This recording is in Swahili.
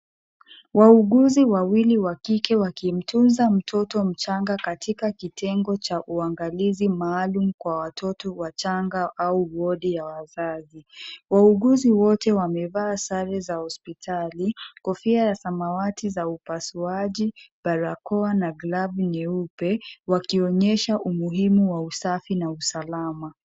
Wauguzi wawili wa kike wakimtunza mtoto mchanga katika kitengo cha uangalizi maalum kwa watoto wachanga au wodi ya wazazi. Wauguzi wote wamevaa sare za hospitali, kofia ya samawati za upasuaji, barakoa na glavu nyeupe, wakionyesha umuhimu wa usafi na usalama.